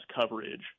coverage